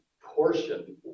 portion